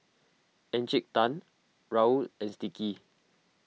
Encik Tan Raoul and Sticky